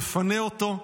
מפנה אותו,